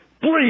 Please